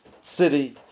city